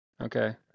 Okay